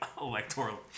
electoral